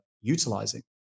utilizing